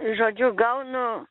žodžiu gaunu